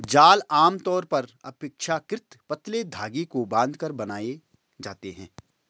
जाल आमतौर पर अपेक्षाकृत पतले धागे को बांधकर बनाए जाते हैं